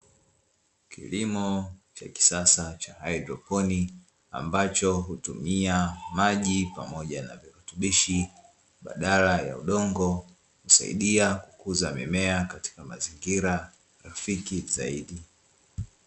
Kilimo cha kisasa cha haidroponi ambacho hutumia maji pamoja na virutubisho badala ya udongo husaidia kukuza mimea katika mazingira rafiki zaidi.